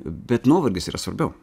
bet nuovargis yra svarbiau